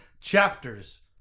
chapters